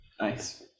Nice